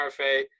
rfa